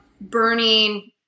burning